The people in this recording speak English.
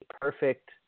perfect